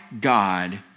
God